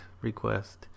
request